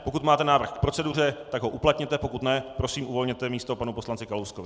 Pokud máte návrh k proceduře, tak ho uplatněte, pokud ne, prosím, uvolněte místo panu poslanci Kalouskovi.